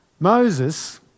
Moses